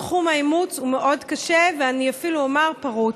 תחום האימוץ הוא מאוד קשה, ואני אפילו אומר פרוץ.